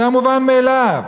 זה היה מובן מאליו.